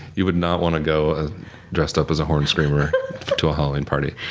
you would not want to go ah dressed up as a horned screamer to a halloween party.